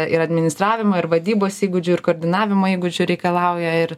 ir administravimo ir vadybos įgūdžių ir koordinavimo įgūdžių reikalauja ir